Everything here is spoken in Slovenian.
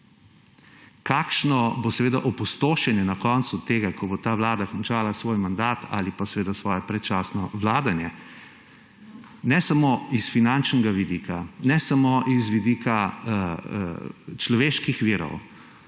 Kakšno bo opustošenje na koncu tega, ko bo ta vlada končala svoj mandat ali pa svoje predčasno vladanje ne samo s finančnega vidika, ne samo z vidika človeških virov